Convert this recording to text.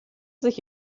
sich